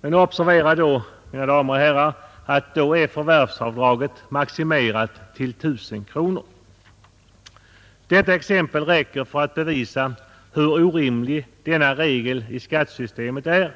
Men observera, mina damer och herrar, att då är förvärvsavdraget maximerat till 1 000 kronor. Det exemplet räcker för att bevisa hur orimlig denna regel i skattesystemet är.